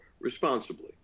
responsibly